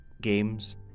games